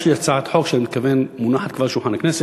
יש לי הצעת חוק מונחת כבר על שולחן הכנסת,